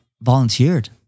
volunteered